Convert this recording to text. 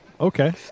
Okay